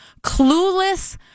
clueless